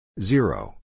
Zero